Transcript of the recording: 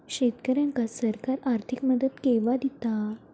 शेतकऱ्यांका सरकार आर्थिक मदत केवा दिता?